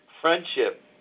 friendship